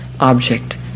object